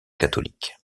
catholique